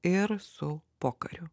ir su pokariu